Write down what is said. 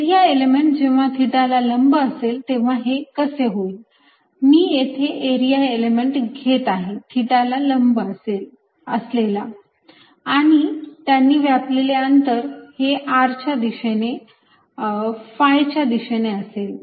area element जेव्हा थिटाला लंब असेल तेव्हा हे कसे होईल मी येथे एरिया एलिमेंट घेत आहे जो थिटाला लंब असेल आणि त्यांनी व्यापलेले अंतर हे r च्या दिशेने आणि phi च्या दिशेने असेल